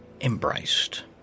Embraced